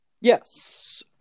Yes